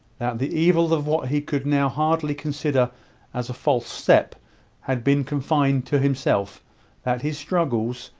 that the evil of what he could now hardly consider as a false step had been confined to himself that his struggles,